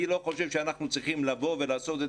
אני לא חושב שאנחנו צריכים לעשות את